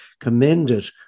commended